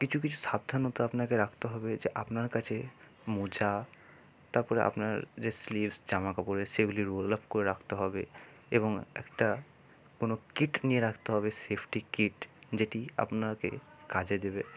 কিছু কিছু সাবধানতা আপনাকে রাখতে হবে যে আপনার কাছে মোজা তারপরে আপনার যে স্লিভস জামা কাপড়ের সেগুলি রোল আপ করে রাখতে হবে এবং একটা কোনো কিট নিয়ে রাখতে হবে সেফটি কিট যেটি আপনাকে কাজে দেবে